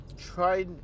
try